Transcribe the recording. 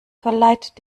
verleiht